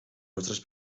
nuestras